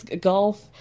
Golf